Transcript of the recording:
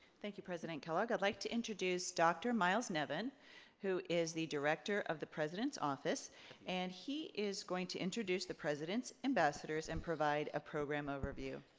thank you, president kellogg. i'd like to introduce dr. miles nevin who is the director of the president's office and he is going to introduce the president's ambassadors and provide a program overview.